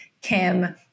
Kim